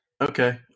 Okay